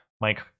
mike